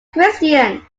christian